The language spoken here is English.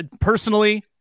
personally